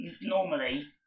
normally